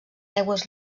aigües